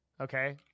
Okay